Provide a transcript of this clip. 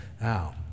now